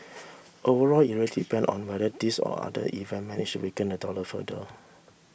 overall it really depend on whether these or other event manage weaken the dollar further